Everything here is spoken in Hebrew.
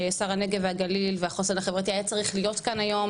שר הנגב והגליל והחוסן החברתי היה צריך להיות כאן היום,